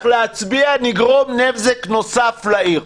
להצביע, נגרום נזק נוסף לעיר.